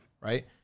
Right